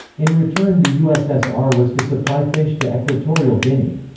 in return the ussr was to supply fish to equatorial guinea.